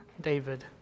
David